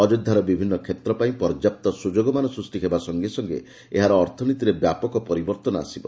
ଅଯୋଧ୍ୟାର ବିଭିନ୍ନ କ୍ଷେତ୍ରପାଇଁ ପର୍ଯ୍ୟାପ୍ତ ସୁଯୋଗମାନ ସୃଷ୍ଟି ହେବା ସଙ୍ଗେ ସଙ୍ଗେ ଏହାର ଅର୍ଥନୀତିରେ ବ୍ୟାପକ ପରିବର୍ତ୍ତନ ଆସିବ